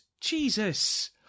Jesus